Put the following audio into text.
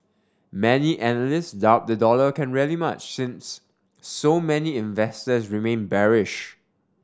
many analyst doubt the dollar can rally much since so many investors remain bearish